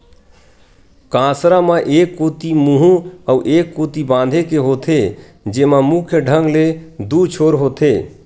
कांसरा म एक कोती मुहूँ अउ ए कोती बांधे के होथे, जेमा मुख्य ढंग ले दू छोर होथे